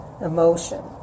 emotion